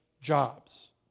jobs